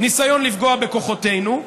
ניסיון לפגוע בכוחותינו,